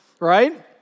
right